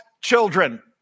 children